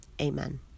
Amen